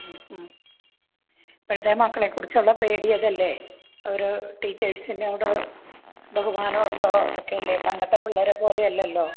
ഇപ്പൊഴത്തെ മക്കളെ കുറിച്ചുള്ള പേടി അതല്ലേ ഓരോ ടീച്ചേഴ്സിനോട് ബഹുമാനം ഉണ്ടോ അതൊക്കെ അല്ലേ പണ്ടത്തെ പിള്ളേരെ പോലെ അല്ലല്ലോ